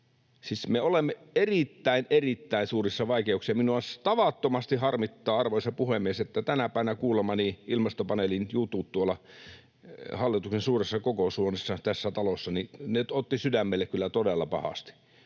erittäin, erittäin suurissa vaikeuksissa. Minua tavattomasti harmittavat, arvoisa puhemies, tänä päivänä kuulemani ilmastopaneelin jutut tuolla hallituksen suuressa kokoushuoneessa tässä talossa. Ne ottivat sydämelle kyllä todella pahasti.